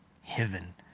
heaven